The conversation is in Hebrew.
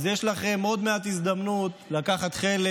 אז יש לכם עוד מעט הזדמנות לקחת חלק